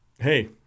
Hey